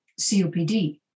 COPD